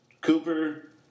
Cooper